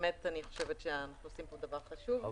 אנחנו עושים פה דבר חשוב.